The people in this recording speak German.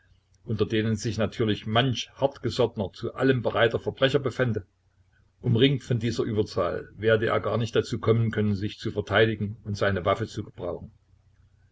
unter denen sich natürlich manch hartgesottener zu allem bereiter verbrecher befände umringt von dieser überzahl werde er gar nicht dazu kommen können sich zu verteidigen und seine waffe zu gebrauchen